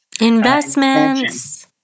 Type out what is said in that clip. Investments